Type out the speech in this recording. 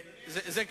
אדוני היושב-ראש,